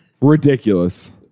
Ridiculous